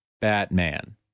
Batman